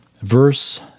Verse